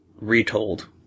retold